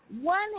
One